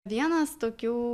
vienas tokių